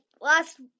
last